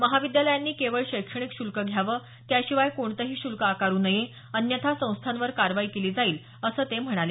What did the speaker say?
महाविद्यालयांनी केवळ शैक्षणिक शुल्क घ्यावं त्याशिवाय कोणतेही शुल्क आकारु नये अन्यथा संस्थांवर कारवाई केली जाईल असं ते म्हणाले